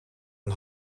een